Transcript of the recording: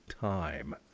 time